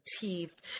teeth